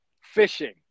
fishing